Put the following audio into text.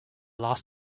last